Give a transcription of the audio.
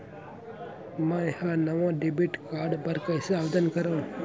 मै हा नवा डेबिट कार्ड बर कईसे आवेदन करव?